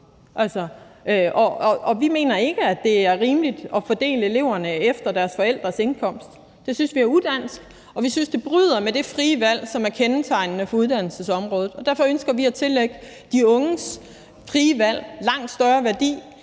Og vi mener ikke, det er rimeligt at fordele eleverne efter deres forældres indkomst. Det synes vi er udansk, og vi synes, det bryder med det frie valg, som er kendetegnende for uddannelsesområdet. Og derfor ønsker vi at tillægge de unges frie valg langt større værdi,